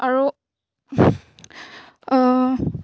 আৰু